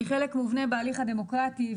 היא חלק מובנה בהליך הדמוקרטי,